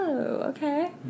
okay